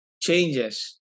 changes